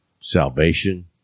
Salvation